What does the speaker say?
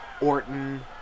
Orton